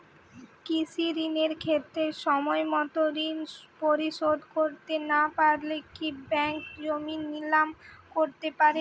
কৃষিঋণের ক্ষেত্রে সময়মত ঋণ পরিশোধ করতে না পারলে কি ব্যাঙ্ক জমি নিলাম করতে পারে?